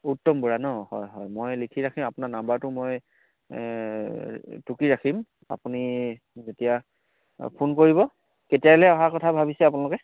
উত্তম বৰা নহ্ হয় হয় মই লিখি ৰাখিম আপোনাৰ নাম্বাৰটো মই টুকি ৰাখিম আপুনি যেতিয়া ফোন কৰিব কেতিয়ালৈ অহা কথা ভাবিছে আপোনালোকে